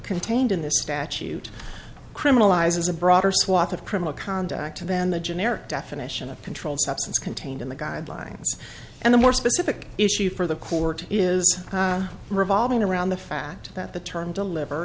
contained in this statute criminalizes a broader swath of criminal conduct than the generic definition of controlled substance contained in the guidelines and the more specific issue for the court is revolving around the fact that the term deliver